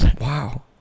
Wow